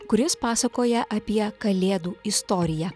kuris pasakoja apie kalėdų istoriją